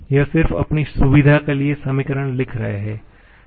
हम सिर्फ अपनी सुविधा के लिए समीकरण लिख रहे हैं